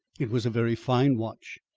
it was a very fine watch,